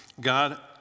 God